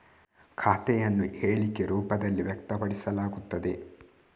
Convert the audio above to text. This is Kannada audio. ಖಾತೆಯನ್ನು ಹೇಳಿಕೆ ರೂಪದಲ್ಲಿ ವ್ಯಕ್ತಪಡಿಸಲಾಗುತ್ತದೆ